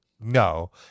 no